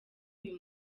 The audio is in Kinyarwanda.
uyu